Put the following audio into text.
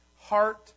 Heart